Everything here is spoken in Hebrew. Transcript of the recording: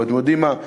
ואתם יודעים מה?